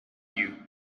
you